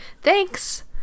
Thanks